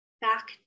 back